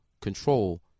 Control